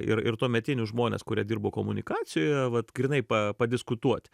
ir ir tuometinius žmones kurie dirbo komunikacijoje vat grynai pa padiskutuoti